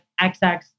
XX